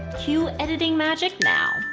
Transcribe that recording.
cue editing magic now,